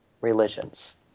religions